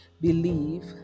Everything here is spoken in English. believe